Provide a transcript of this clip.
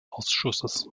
ausschusses